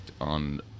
on